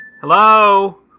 Hello